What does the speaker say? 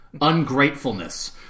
ungratefulness